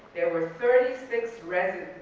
there were thirty six residents,